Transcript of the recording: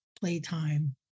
playtime